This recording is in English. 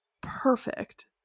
perfect